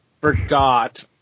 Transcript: forgot